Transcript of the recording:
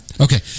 okay